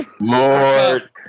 Lord